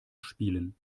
spielen